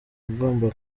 agomba